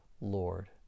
Lord